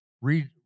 Read